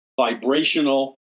vibrational